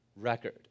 record